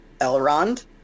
Elrond